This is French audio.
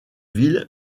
ville